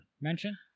mention